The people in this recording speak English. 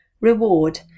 reward